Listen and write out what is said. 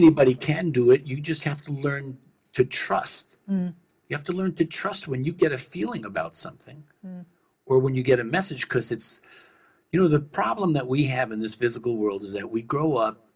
anybody can do it you just have to learn to trust you have to learn to trust when you get a feeling about something or when you get a message because it's you know the problem that we have in this visible world is that we grow up